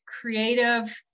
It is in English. creative